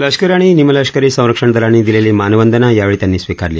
लष्करी आणि निमलष्करी संरक्षण दलांनी दिलेली मानवंदना यावेळी त्यांनी स्विकारली